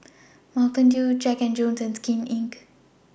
Mountain Dew Jack and Jones and Skin Inc